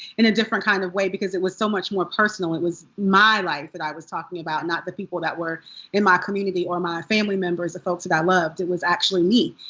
in a different kind of way. because it was so much more personal. it was my life that i was talking about. not the people that were in my community or my family members, the folks that i loved. it was actually me.